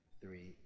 three